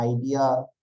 idea